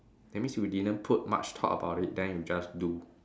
that means you didn't put much thought about it then you just do